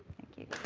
thank you.